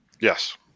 Yes